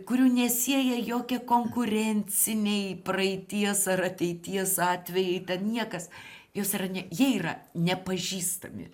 kurių nesieja jokie konkurenciniai praeities ar ateities atvejai tad niekas jos ar ne jie yra nepažįstami